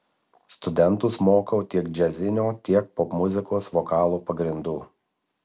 studentus mokau tiek džiazinio tiek popmuzikos vokalo pagrindų